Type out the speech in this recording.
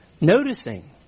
noticing